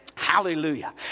Hallelujah